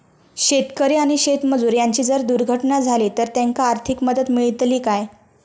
शेतकरी आणि शेतमजूर यांची जर दुर्घटना झाली तर त्यांका आर्थिक मदत मिळतली काय?